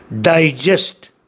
digest